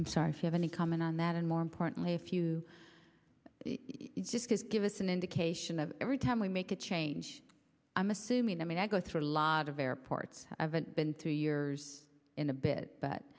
i'm sorry you have any comment on that and more importantly if you just give us an indication of every time we make a change i'm assuming i mean i go through a lot of airports haven't been two years in a bit but